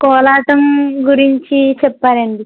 కోలాటం గురించి చెప్పారండి